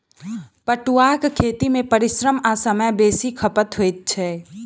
पटुआक खेती मे परिश्रम आ समय बेसी खपत होइत छै